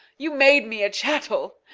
you made me a chattel,